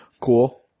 cool